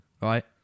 Right